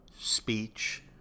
speech